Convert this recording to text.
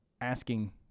asking